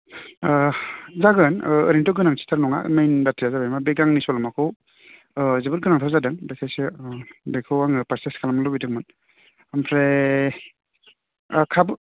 ओह जागोन ओह ओरैनोथ' गोनांथिथार नङा मेइन बाथ्राया जाबाय मा बे गांनै सल'माखौ ओह जोबोर गोनांथार जादों बेखायसो ओह बेखौ आङो पारचेस खालामनो लुबैदोंमोन ओमफ्राय ओह खाबु